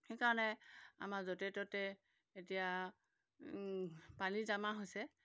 সেইকাৰণে আমাৰ য'তে ত'তে এতিয়া পানী জমা হৈছে